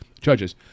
judges